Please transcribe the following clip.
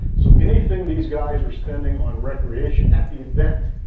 so anything these guys are spending on recreation, at the event.